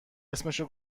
اسمشو